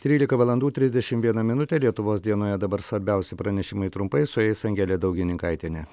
trylika valandų trisdešim viena minutė lietuvos dienoje dabar svarbiausi pranešimai trumpai su jais angelė daugininkaitienė